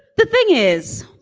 the thing is,